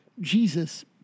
Jesus